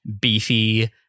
beefy –